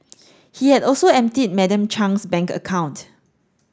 he had also emptied Madam Chung's bank account